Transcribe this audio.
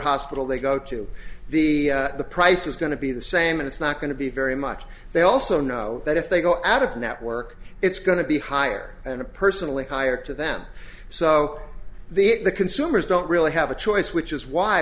hospital they go to the the price is going to be the same and it's not going to be very much they also know that if they go out of network it's going to be higher and personally higher to them so the consumers don't really have a choice which is why